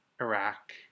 Iraq